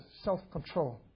self-control